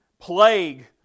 plague